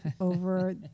over